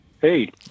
hey—